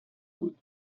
بود